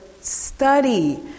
study